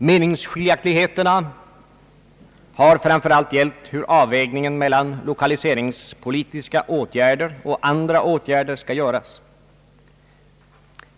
Meningsskiljaktigheterna har framför allt gällt hur avvägningen mellan lokaliseringspolitiska åtgärder och andra åtgärder skall göras.